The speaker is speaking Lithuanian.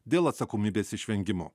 dėl atsakomybės išvengimo